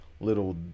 little